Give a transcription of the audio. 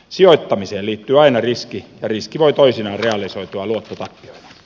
sijoittamiseen liittyy aina riski ja riski voi toisinaan realisoitua luottotappioina